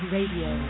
Radio